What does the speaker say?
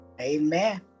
Amen